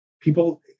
people